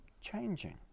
changing